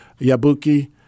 Yabuki